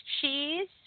cheese